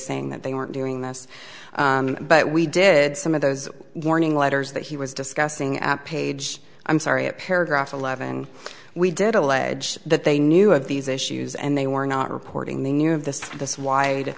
saying that they weren't doing this but we did some of those warning letters that he was discussing at page i'm sorry a paragraph eleven we did allege that they knew of these issues and they were not reporting they knew of this this